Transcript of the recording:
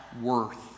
worth